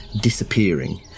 disappearing